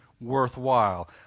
worthwhile